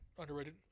Underrated